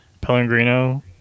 Pellegrino